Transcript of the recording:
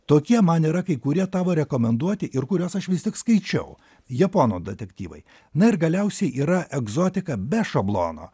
tokie man yra kai kurie tavo rekomenduoti ir kuriuos aš vis tik skaičiau japonų detektyvai na ir galiausiai yra egzotika be šablono